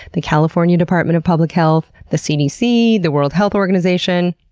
the california department of public health, the cdc, the world health organization.